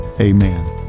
amen